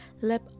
lip